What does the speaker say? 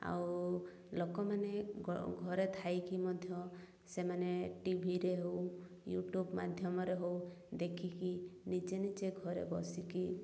ଆଉ ଲୋକମାନେ ଘରେ ଥାଇକି ମଧ୍ୟ ସେମାନେ ଟିଭିରେ ହେଉ ୟୁଟ୍ୟୁବ୍ ମାଧ୍ୟମରେ ହେଉ ଦେଖିକି ନିଜେ ନିଜେ ଘରେ ବସିକି